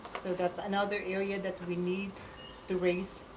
so that's another area that we need to raise